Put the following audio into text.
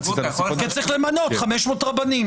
כי צריך למנות 500 רבנים.